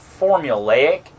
formulaic